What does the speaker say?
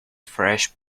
fresh